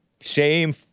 Shame